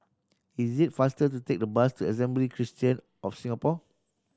is it faster to take the bus to Assembly Christian of Singapore